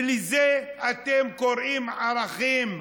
ולזה אתם קוראים ערכים.